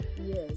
Yes